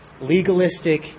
legalistic